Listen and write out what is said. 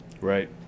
Right